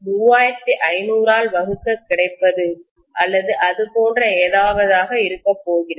2 ஐ 3500 ஆல் வகுக்க கிடைப்பது அல்லது அது போன்ற ஏதாவது இருக்கப்போகிறது